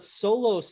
solo